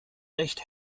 recht